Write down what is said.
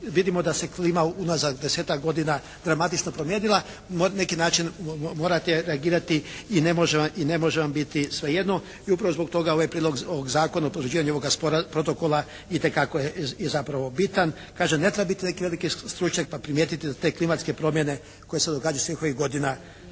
vidimo da se klima unazad 10-ak godina dramatično promijenila. Na neki način morate reagirati i ne može vam biti svejedno. I upravo zbog toga ovaj prijedlog ovog Zakona o potvrđivanju ovog Protokola itekako je zapravo bitan. Kažem ne treba biti neki veliki stručnjak pa primijetiti da te klimatske promjene koje se događaju svih ovih godina,